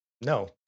no